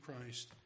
Christ